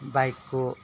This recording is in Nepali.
बाइकको